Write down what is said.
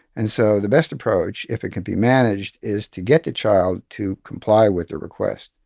and so the best approach, if it can be managed, is to get the child to comply with the request.